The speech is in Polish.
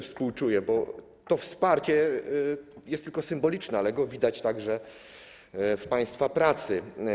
Współczuję, bo to wsparcie jest tylko symboliczne, ale widać je także w państwa pracy.